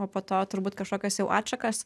o po to turbūt kažkokias jau atšakas